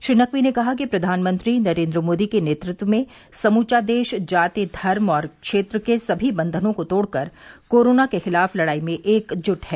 श्री नकवी ने कहा कि प्रधानमंत्री नरेंद्र मोदी के नेतृत्व में समूचा देश जाति धर्म और क्षेत्र के सभी बंधनों को तोड़कर कोरोना के खिलाफ लड़ाई में एकजुट है